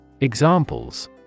Examples